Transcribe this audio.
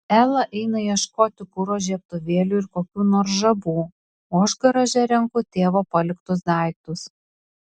ela eina ieškoti kuro žiebtuvėliui ir kokių nors žabų o aš garaže renku tėvo paliktus daiktus